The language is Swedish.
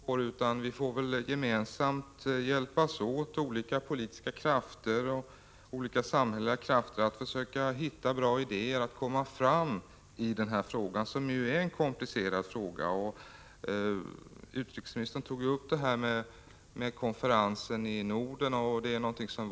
Herr talman! Jag tror inte heller att vi skall ställa några villkor, utan olika politiska och samhälleliga krafter får gemensamt hjälpas åt att hitta på bra idéer för att vi skall komma framåt i denna fråga, som är komplicerad. Utrikesministern nämnde konferensen i Köpenhamn.